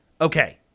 Okay